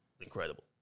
incredible